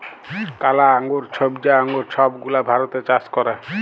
কালা আঙ্গুর, ছইবজা আঙ্গুর ছব গুলা ভারতে চাষ ক্যরে